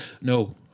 No